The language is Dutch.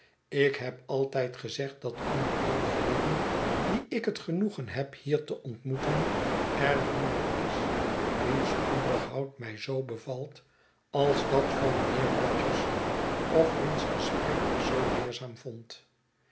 ik heb altijd gezegd dat onder al de heeren die ik het genoegen heb hier te ontmoeten er niemand is wiens onderhoud mij zoo bevalt als dat van mijnheer rogers of wiens gesprek ik zoo leerzaam vond